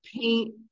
paint